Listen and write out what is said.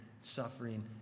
suffering